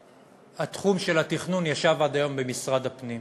שתחום התכנון היה עד היום במשרד הפנים.